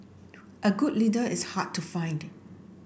a good leader is hard to find